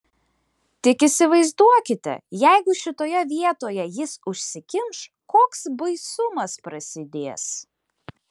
tik įsivaizduokite jeigu šitoje vietoje jis užsikimš koks baisumas prasidės